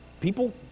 people